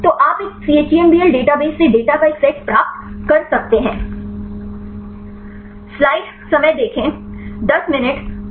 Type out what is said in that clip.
तो आप एक chembl डेटाबेस से डेटा का एक सेट प्राप्त कर सकते हैं